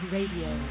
Radio